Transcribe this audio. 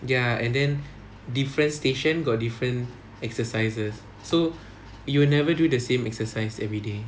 ya and then different station got different exercises so you'll never do the same exercise everyday